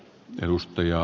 herra puhemies